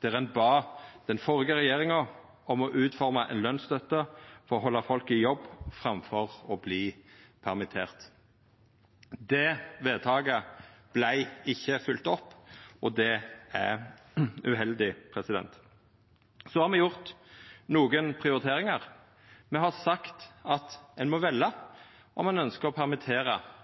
der ein bad den førre regjeringa om å utforma ei lønsstøtte for å halda folk i jobb framfor å verta permitterte. Det vedtaket vart ikkje følgt opp, og det er uheldig. Me har gjort nokre prioriteringar. Me har sagt at ein må velja om ein ønskjer å